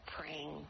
praying